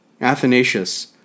Athanasius